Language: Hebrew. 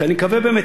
שאני מקווה באמת,